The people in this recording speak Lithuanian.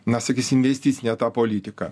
na sakysim investicinė ta politika